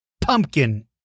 Pumpkin